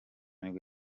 nibwo